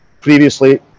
previously